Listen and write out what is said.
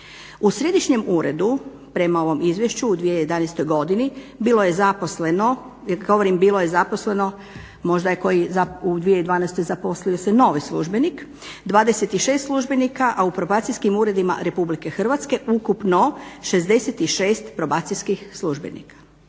U središnjem uredu prema ovom izvješću u 2011. godini bilo je zaposleno, govorim bilo je zaposleno, možda je koji u 2012. zaposlio se novi službenik, 26 službenika, a u probacijskih uredima RH ukupno 66 probacijskih službenika.